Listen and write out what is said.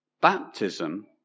baptism